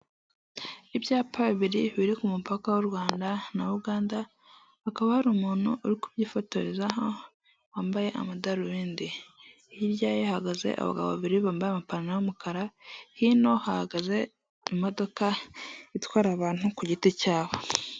Ibyapa bibiri biri ku mupaka w'u Rwanda na Uganda hakaba hari umuntu uri kubyifotorezaho wambaye amadarubindi. Hirya ye hahagaze abagabo babiri bambaye amapantaro y'umukara, hino hahagaze imodoka itwara abantu ku giti cyabo.